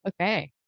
Okay